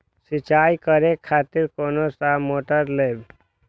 सीचाई करें खातिर कोन सा मोटर लेबे?